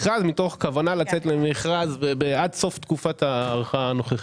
מתוך כוונה לצאת למכרז עד סוף תקופת ההארכה הנוכחית.